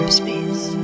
space